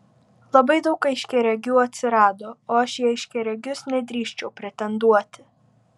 labai daug aiškiaregių atsirado o aš į aiškiaregius nedrįsčiau pretenduoti